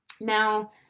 Now